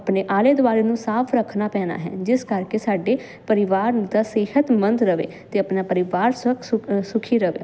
ਆਪਣੇ ਆਲੇ ਦੁਆਲੇ ਨੂੰ ਸਾਫ ਰੱਖਣਾ ਪੈਣਾ ਹੈ ਜਿਸ ਕਰਕੇ ਸਾਡੇ ਪਰਿਵਾਰ ਨੂੰ ਤਾਂ ਸਿਹਤ ਮੰਦ ਰਵੇ ਤੇ ਆਪਣਾ ਪਰਿਵਾਰ ਸੁਖ ਸੁੱਖ ਸੁਖੀ ਰਵੇ